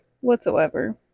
whatsoever